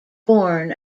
born